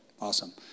Awesome